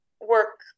work